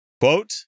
quote